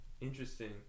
Interesting